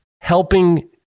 helping